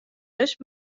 dus